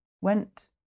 went